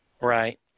Right